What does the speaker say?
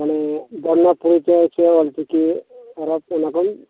ᱢᱟᱱᱮ ᱵᱚᱨᱱᱚᱯᱚᱨᱤᱪᱚᱭ ᱥᱮ ᱚᱞᱪᱤᱠᱤ ᱦᱚᱨᱚᱯ ᱚᱱᱟᱠᱚᱢ